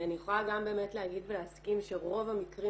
אני יכולה גם באמת להגיד ולהסכים שרוב המקרים